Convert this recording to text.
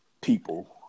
people